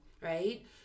right